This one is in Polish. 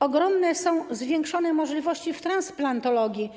Ogromne są zwiększone możliwości w transplantologii.